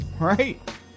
Right